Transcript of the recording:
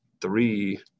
three